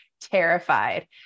terrified